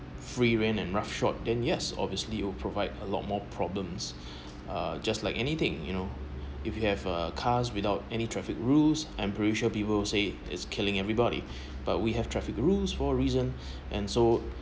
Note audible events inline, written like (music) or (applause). free ran and rough short then yes obviously it will provide a lot more problems (breath) uh just like anything you know if you have a cars without any traffic rules and pretty sure people would say that is killing everybody (breath) but we have traffic rooms for a reason (breath) and so